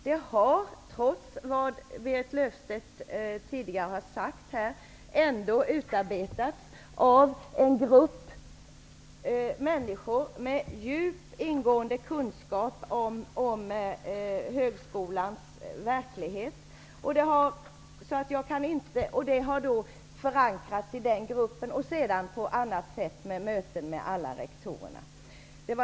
Det har, trots vad Berit Löfstedt tidigare här har sagt, ändå utarbetats av en grupp människor med djup och ingående kunskap om högskolans verklighet. Förslaget har förankrats i gruppen och sedan i möten med alla rektorer.